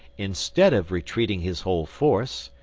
instead of retreating his whole force,